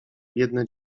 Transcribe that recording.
biedne